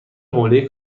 حوله